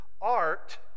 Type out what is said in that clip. art